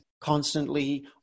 constantly